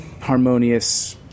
harmonious